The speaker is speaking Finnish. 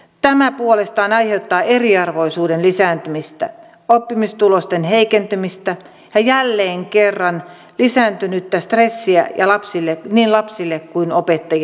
tämä puolestaan aiheuttaa eriarvoisuuden lisääntymistä oppimistulosten heikentymistä ja jälleen kerran lisääntynyttä stressiä niin lapsille kuin opettajillekin